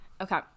Okay